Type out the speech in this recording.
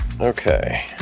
Okay